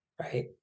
right